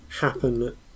happen